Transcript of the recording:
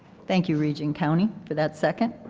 thank you regent cownie for that second.